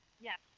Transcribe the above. Yes